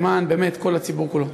באמת למען הציבור כולו.